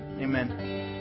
amen